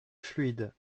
fluide